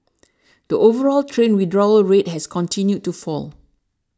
the overall train withdrawal rate has continued to fall